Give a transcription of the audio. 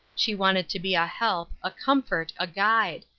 she wanted to be a help, a comfort, a guide.